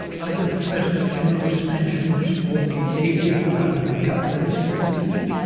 either the present generous pensions for the aged will have to be cut very significantly,